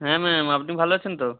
হ্যাঁ ম্যাম আপনি ভালো আছেন তো